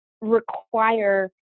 require